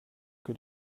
que